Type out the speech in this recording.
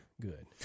good